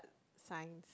science